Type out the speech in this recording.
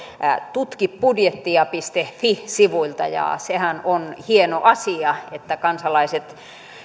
tutkibudjettia fi sivuilta ja sehän on hieno asia että